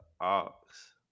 Ox